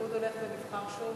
והליכוד הולך ונבחר שוב.